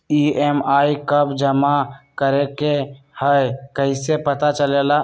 EMI कव जमा करेके हई कैसे पता चलेला?